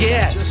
Yes